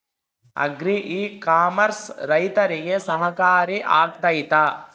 Agri e commerce ರೈತರಿಗೆ ಸಹಕಾರಿ ಆಗ್ತೈತಾ?